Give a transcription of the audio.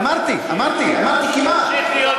אמרתי "כמעט".